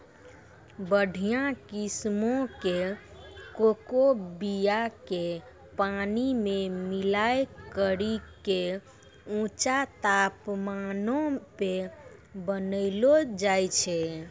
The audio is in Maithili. बढ़िया किस्मो के कोको बीया के पानी मे मिलाय करि के ऊंचा तापमानो पे बनैलो जाय छै